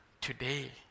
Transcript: today